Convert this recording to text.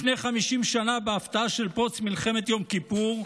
לפני 50 שנה, בהפתעה של פרוץ מלחמת יום כיפור,